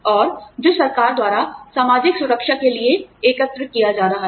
और जो सरकार द्वारा सामाजिक सुरक्षा के लिए एकत्र किया जाता है